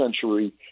century